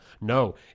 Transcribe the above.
No